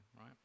right